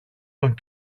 τον